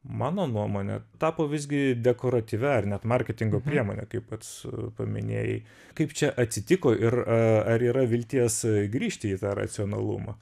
mano nuomone tapo visgi dekoratyvia ar net marketingo priemone kaip pats paminėjai kaip čia atsitiko ir ar yra vilties grįžti į tą racionalumą